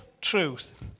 truth